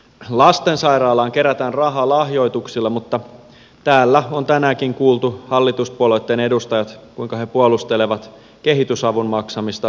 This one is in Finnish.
lastensairaalaan kerätään rahaa lahjoituksilla mutta täällä on tänäänkin kuultu kuinka hallituspuolueitten edustajat puolustelevat kehitysavun maksamista valtionvelkaa lisäämällä